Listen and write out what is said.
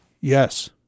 Yes